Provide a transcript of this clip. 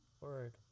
Word